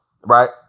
right